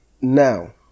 Now